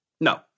no